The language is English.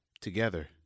Together